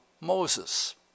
Moses